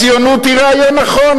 הציונות היא רעיון נכון,